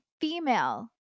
female